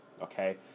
okay